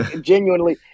genuinely